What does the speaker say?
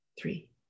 three